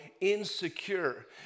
insecure